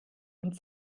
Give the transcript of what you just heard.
und